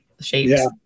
shapes